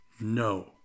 no